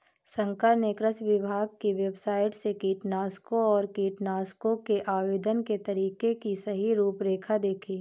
शंकर ने कृषि विभाग की वेबसाइट से कीटनाशकों और कीटनाशकों के आवेदन के तरीके की सही रूपरेखा देखी